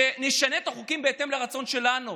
נשנה את החוקים בהתאם לרצון שלנו.